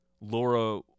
Laura